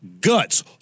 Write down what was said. guts